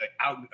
out